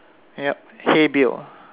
yup hey Bill